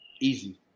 Easy